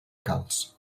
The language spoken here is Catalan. calç